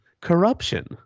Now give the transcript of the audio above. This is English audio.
Corruption